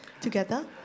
Together